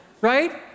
Right